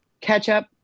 ketchup